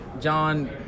John